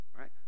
Right